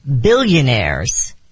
billionaires